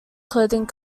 clothing